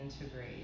integrate